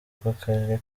bw’akarere